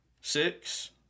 six